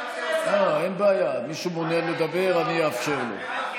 אני אאפשר לו.